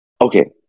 okay